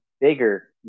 bigger